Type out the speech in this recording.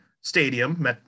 stadium